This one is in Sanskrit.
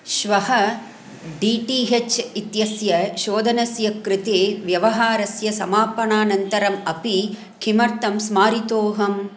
श्वः डी टी हेच् इत्यस्य शोधनस्य कृते व्यवहारस्य समापनानन्तरम् अपि किमर्थं स्मारितोऽहम्